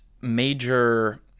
major